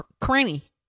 cranny